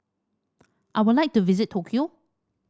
I would like to visit Tokyo